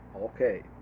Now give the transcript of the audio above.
Okay